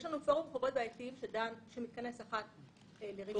יש לנו פורום חובות בעייתיים שמתכנס אחת לרבעון.